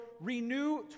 Renew